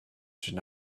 should